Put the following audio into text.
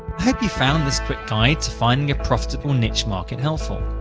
hope you found this quick guide to finding a profitable niche market helpful.